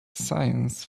science